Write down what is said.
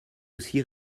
aussi